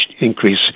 increase